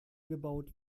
gebaut